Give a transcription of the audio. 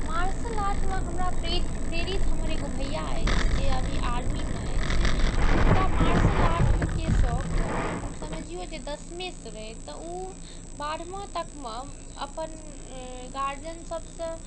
martial आर्टमे हमरा प्रीत पिरीत एगो भइआ अछि जे अभी आर्मीमे अछि हुनका मार्शल आर्टके शौक समझिऔ जे दसमेसँ रहै तऽ ओ बारहमा तकमे अपन गार्जिअन सबसँ